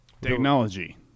Technology